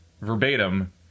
verbatim